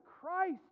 Christ